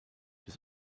des